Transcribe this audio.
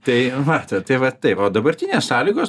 tai matot tai va taip o dabartinės sąlygos